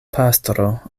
pastro